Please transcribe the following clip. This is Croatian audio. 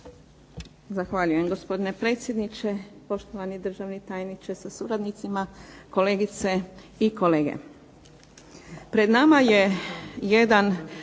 Zahvaljujem, gospodine predsjedniče. Poštovani državni tajniče sa suradnicima. Kolegice i kolege. Pred nama je jedan